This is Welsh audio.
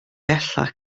bellach